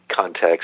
context